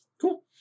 Cool